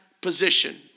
position